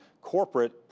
corporate